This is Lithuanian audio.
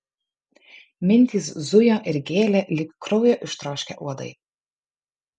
mintys zujo ir gėlė lyg kraujo ištroškę uodai